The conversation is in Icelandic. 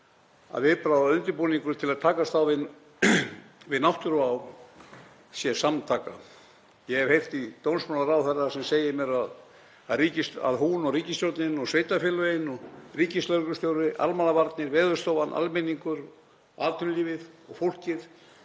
að viðbragð og undirbúningur til að takast á við við náttúruvá sé samtaka. Ég hef heyrt í dómsmálaráðherra sem segir mér að hún og ríkisstjórnin, sveitarfélögin, ríkislögreglustjóri, almannavarnir, Veðurstofan, almenningur, atvinnulífið og fólkið